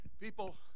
people